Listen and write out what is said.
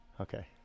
Okay